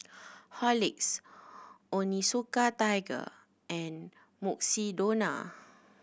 Horlicks Onitsuka Tiger and Mukshidonna